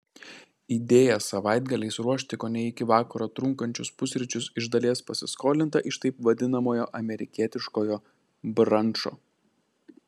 idėja savaitgaliais ruošti kone iki vakaro trunkančius pusryčius iš dalies pasiskolinta iš taip vadinamojo amerikietiškojo brančo